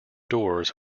doors